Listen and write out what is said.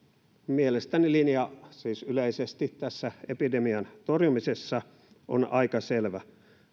mielestäni linja siis yleisesti tässä epidemian torjumisessa on aika selvä